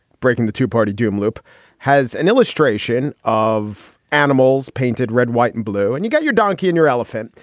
breaking the two party doom loop has an illustration of animals painted red, white and blue and you got your donkey and your elephant.